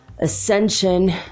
Ascension